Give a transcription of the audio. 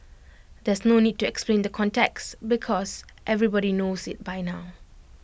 there's no need to explain the context because everybody knows IT by now